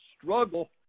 struggle